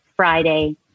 Friday